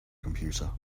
computer